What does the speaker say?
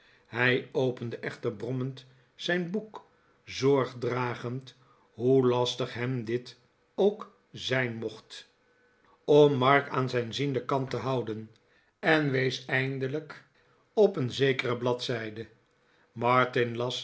hij opende echter brommend zijn boek zorg dragend hoe lastig hem dit ook zijn mocht om mark aan zijn zienden kant te houden en wees eindelijk op een zekere bladzijde